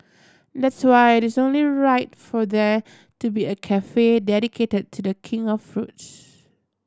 that's why it is only right for there to be a cafe dedicated to The King of fruits